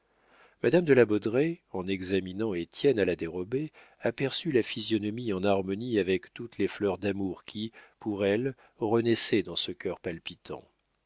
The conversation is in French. madame de la baudraye en examinant étienne à la dérobée aperçut la physionomie en harmonie avec toutes les fleurs d'amour qui pour elle renaissaient dans ce cœur palpitant